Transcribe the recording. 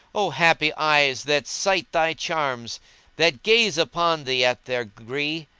o happy eyes that sight thy charms that gaze upon thee at their gree!